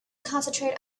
concentrate